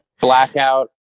Blackout